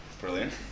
Brilliant